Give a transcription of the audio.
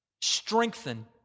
strengthen